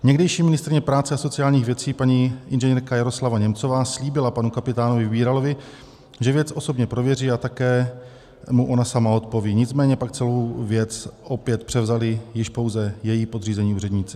Někdejší ministryně práce a sociálních věcí paní Ing. Jaroslava Němcová slíbila panu kapitánu Vybíralovi, že věc osobně prověří a také mu ona sama odpoví, nicméně pak celou věc opět převzali již pouze její podřízení úředníci.